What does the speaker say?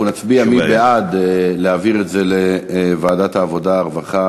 אנחנו נצביע מי בעד להעביר את זה לוועדת העבודה והרווחה